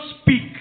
speak